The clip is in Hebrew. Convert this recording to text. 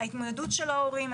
ההתמודדות של ההורים,